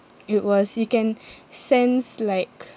it was you can sense like